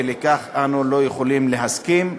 ולכך אנו לא יכולים להסכים.